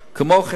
כמו כן,